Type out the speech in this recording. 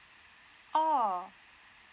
oh